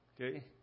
Okay